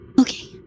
Okay